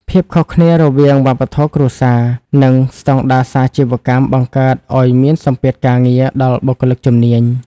ភាពខុសគ្នារវាង "វប្បធម៌គ្រួសារ" និង "ស្ដង់ដារសាជីវកម្ម" បង្កើតឱ្យមានសម្ពាធការងារដល់បុគ្គលិកជំនាញ។